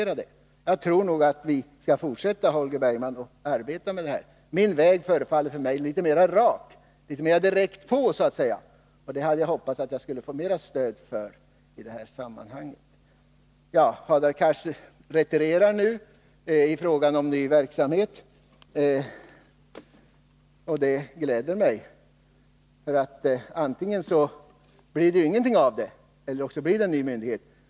Jag tycker att Holger Bergman och jag skall fortsätta att arbeta för detta. Min väg förefaller mig litet rakare, litet mera direkt på så att säga, och jag hade hoppats att få mer stöd för min linje. Hadar Cars retirerar nu i fråga om ny verksamhet, och det gläder mig. Antingen blir det ingenting av detta, eller också blir det en ny myndighet.